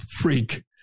freak